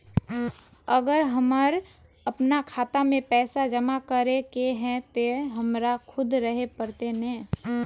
अगर हमर अपना खाता में पैसा जमा करे के है ते हमरा खुद रहे पड़ते ने?